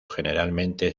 generalmente